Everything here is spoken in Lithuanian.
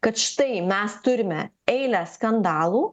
kad štai mes turime eilę skandalų